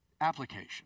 Application